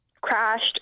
crashed